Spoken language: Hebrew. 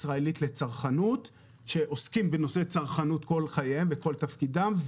הישראלית לצרכנות שעוסקים בצרכנות כל חייהם בכל תפקידיהם.